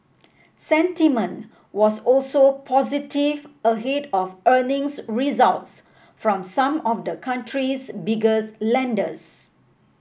sentiment was also positive ahead of earnings results from some of the country's biggest lenders